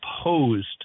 opposed